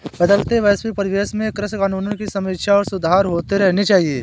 बदलते वैश्विक परिवेश में कृषि कानूनों की समीक्षा और सुधार होते रहने चाहिए